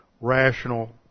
rational